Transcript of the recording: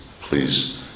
please